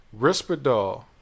Risperdal